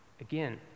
again